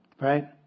right